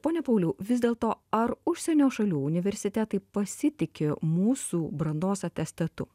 ponia pauliau vis dėl to ar užsienio šalių universitetai pasitiki mūsų brandos atestatu